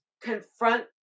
confront